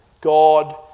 God